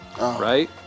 right